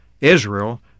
Israel